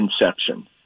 Inception